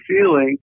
feeling